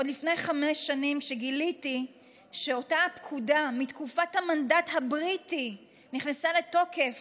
עוד לפני חמש שנים גיליתי שאותה פקודה מתקופת המנדט הבריטי נכנסה לתוקף